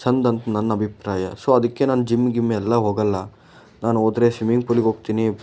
ಚೆಂದ ಅಂತ ನನ್ನ ಅಭಿಪ್ರಾಯ ಸೊ ಅದಕ್ಕೆ ನಾನು ಜಿಮ್ ಗಿಮ್ ಎಲ್ಲ ಹೋಗೋಲ್ಲ ನಾನು ಹೋದರೆ ಸ್ವಿಮ್ಮಿಂಗ್ ಪೂಲಿಗೋಗ್ತೀನಿ